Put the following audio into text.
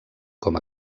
com